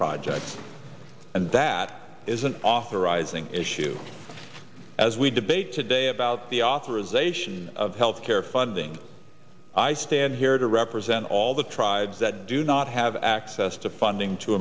projects and that is an authorizing issue as we debate today about the authorization of healthcare funding i stand here to represent all the tribes that do not have access to funding to